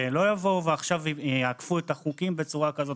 שלא יבואו ויאכפו את החוקים בצורה כזאת.